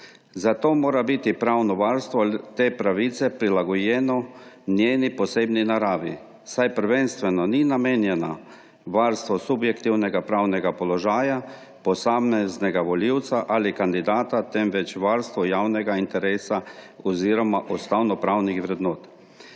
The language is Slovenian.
Zato mora biti pravno varstvo te pravice prilagojeno njeni posebni naravi, saj prvenstveno ni namenjena varstvu subjektivnega pravnega položaja posameznega volivca ali kandidata, temveč varstvu javnega interesa oziroma ustavnopravnih vrednot.